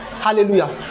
hallelujah